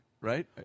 right